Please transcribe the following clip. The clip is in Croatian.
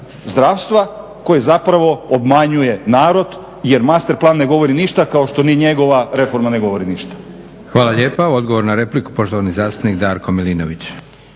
zdravstva koji zapravo obmanjuje narod jer Master plan ne govori8 ništa kao što ni njegova reforma ne govori ništa. **Leko, Josip (SDP)** Hvala lijepa. Odgovor na repliku, poštovani zastupnik Darko Milinović.